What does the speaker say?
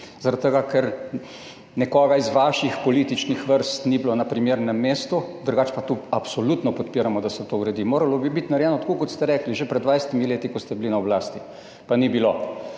tega ker nekoga iz vaših političnih vrst ni bilo na primernem mestu. Drugače pa absolutno podpiramo, da se to uredi. Moralo bi biti narejeno tako, kot ste rekli, že pred 20 leti, ko ste bili na oblasti, pa ni bilo.